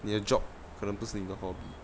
你的 job 可能不是你的 hobby